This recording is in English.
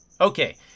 Okay